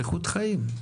איכות חיים.